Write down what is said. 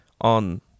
on